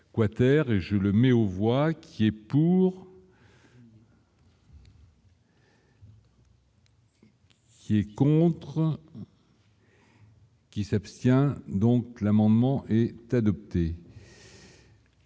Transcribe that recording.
Water et je le mets aux voix qui est pour. C'est contraint. Qui s'abstient donc l'amendement et est adopté.